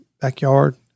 backyard